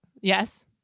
Yes